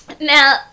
Now